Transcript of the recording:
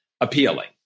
appealing